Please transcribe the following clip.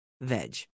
veg